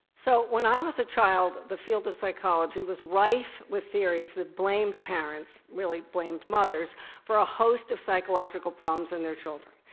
so, when i was a child the field of psychology was rife with theories that blamed parents really blamed mothers for a host of psychological problems in their children.